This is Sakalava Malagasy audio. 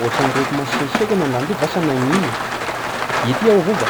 Ohatsany reko masiesieka iha nandroany ty vasa nagnino? Ity aho vo va?